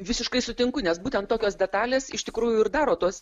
visiškai sutinku nes būtent tokios detalės iš tikrųjų ir daro tuos